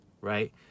right